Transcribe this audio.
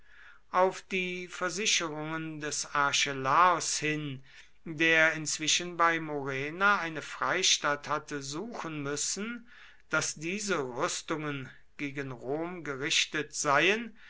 auf die versicherungen des archelaos hin der inzwischen bei murena eine freistatt hatte suchen müssen daß diese rüstungen gegen rom gerichtet seien